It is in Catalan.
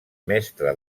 mestre